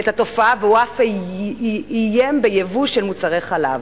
והוא אף איים בייבוא של מוצרי חלב,